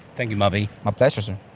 thank you marvi. my pleasure sir.